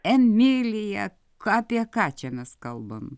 emilija ką apie ką čia mes kalbam